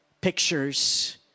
pictures